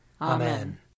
Amen